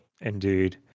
Indeed